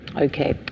Okay